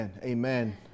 Amen